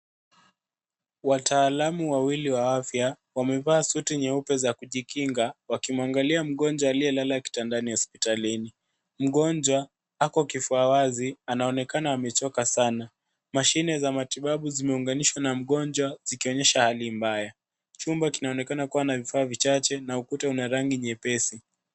Wataalamu wawili wa afya wamevaa suti za kujikinga wakiangalia mgonjwa aliyelala kitandani hospitalini. Mgonjwa ako kifua wazi, anaonekana amechoka sana. Mashine za matibabu zimeunganishwa na mgonjwa zikionyesha hali mbaya. Chumba kinaonekana kuwa na vifaa vichache na ukuta unarangi nyepesi.